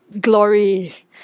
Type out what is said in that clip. glory